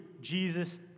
Jesus